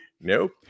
Nope